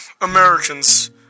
Americans